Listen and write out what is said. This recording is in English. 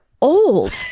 old